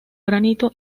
granito